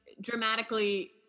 dramatically